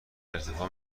ارتفاع